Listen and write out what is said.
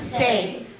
safe